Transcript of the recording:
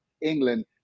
England